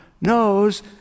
knows